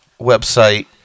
website